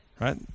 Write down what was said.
right